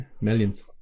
millions